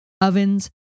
ovens